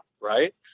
Right